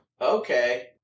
Okay